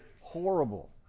horrible